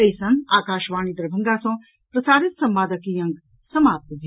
एहि संग आकाशवाणी दरभंगा सँ प्रसारित संवादक ई अंक समाप्त भेल